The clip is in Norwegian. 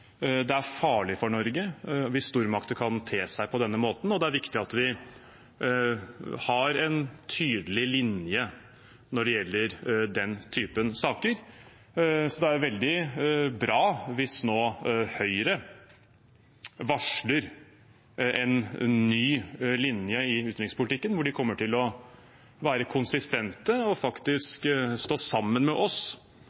Det er farlig for Norge hvis stormakter kan te seg på denne måten, og det er viktig at vi har en tydelig linje når det gjelder den typen saker. Så det er veldig bra hvis nå Høyre varsler en ny linje i utenrikspolitikken hvor de kommer til å være konsistente og